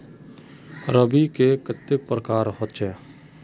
रवि के कते प्रकार होचे?